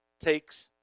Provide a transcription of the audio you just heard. takes